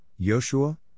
Joshua